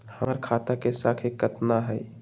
हमर खाता के सांख्या कतना हई?